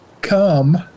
come